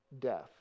death